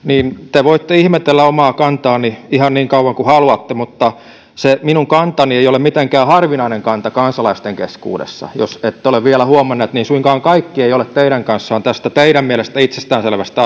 te voitte ihmetellä omaa kantaani ihan niin kauan kuin haluatte mutta se minun kantani ei ole mitenkään harvinainen kanta kansalaisten keskuudessa jos ette ole vielä huomanneet niin suinkaan kaikki eivät ole teidän kanssanne tästä teidän mielestänne itsestäänselvästä